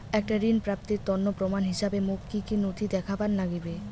একটা ঋণ প্রাপ্তির তন্ন প্রমাণ হিসাবে মোক কী কী নথি দেখেবার নাগিবে?